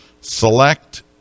select